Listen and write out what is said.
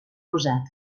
rosat